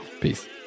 peace